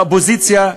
האופוזיציה,